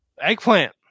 Eggplant